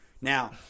Now